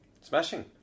Smashing